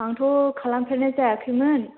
आंथ' खालामफेरनाय जायाखैमोन